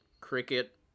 Cricket